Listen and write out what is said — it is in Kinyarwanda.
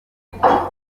rwanda